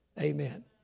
Amen